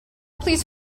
police